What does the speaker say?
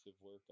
work